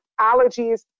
allergies